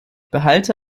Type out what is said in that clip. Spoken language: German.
behalte